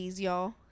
y'all